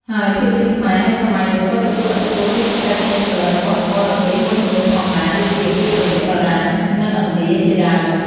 ហើយភាពយន្តខ្មែរនៅសម័យនោះ ក៏ទទួលឥទ្ធិពលពីបច្ចេកទេសផលិតរបស់បរទេសមួយចំនួនផងដែរ ដូចជាពីប្រទេសបារាំង និងឥណ្ឌា ជាដើម។